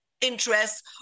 interests